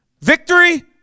Victory